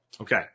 Okay